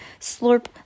slurp